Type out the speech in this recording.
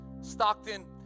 Stockton